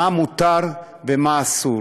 מה מותר ומה אסור.